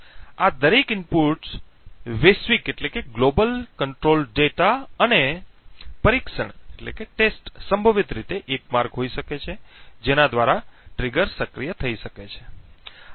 આ દરેક ઇનપુટ્સ વૈશ્વિક નિયંત્રણ ડેટા અને પરીક્ષણ સંભવિત રીતે એક માર્ગ હોઈ શકે છે જેના દ્વારા ટ્રિગર સક્રિય થઈ શકે છે